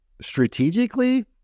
strategically